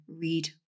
read